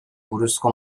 buruzko